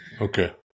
okay